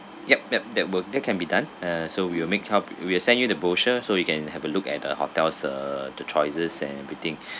yup yup that would that can be done uh so we will make have we will send you the brochure so you can have a look at the hotels uh the choices and everything